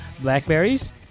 blackberries